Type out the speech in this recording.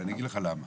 ואני אגיד לך למה.